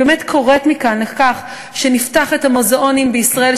אני באמת קוראת מכאן לכך שנפתח את המוזיאונים בישראל,